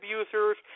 abusers